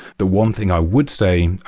the one thing i would say,